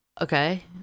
Okay